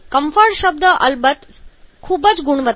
comfort શબ્દ અલબત્ત શબ્દની ખૂબ જ ગુણવત્તા